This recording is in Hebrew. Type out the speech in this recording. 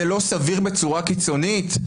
זה לא סביר בצורה קיצונית?